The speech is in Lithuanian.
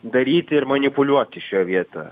daryti ir manipuliuoti šioje vietoje